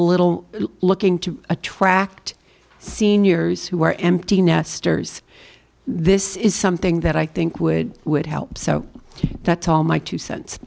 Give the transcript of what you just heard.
little looking to attract seniors who are empty nesters this is something that i think would would help so that's all my two cents